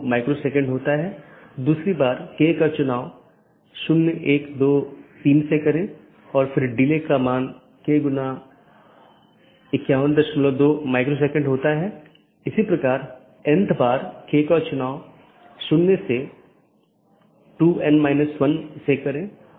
क्योंकि पूर्ण मेश की आवश्यकता अब उस विशेष AS के भीतर सीमित हो जाती है जहाँ AS प्रकार की चीज़ों या कॉन्फ़िगरेशन को बनाए रखा जाता है